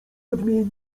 odmieni